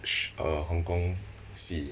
sh~ uh hong kong 戏